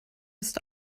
ist